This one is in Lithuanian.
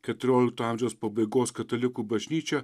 keturiolikto amžiaus pabaigos katalikų bažnyčia